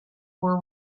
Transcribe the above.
were